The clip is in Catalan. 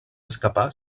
escapar